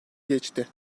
geçti